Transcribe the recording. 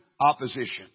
opposition